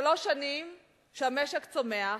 שלוש שנים שהמשק צומח,